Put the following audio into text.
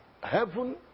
heaven